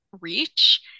reach